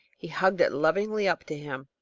he hugged it lovingly up to him.